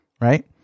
right